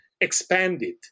expanded